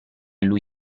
lui